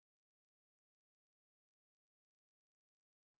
okay my que~ uh question